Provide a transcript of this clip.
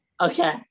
Okay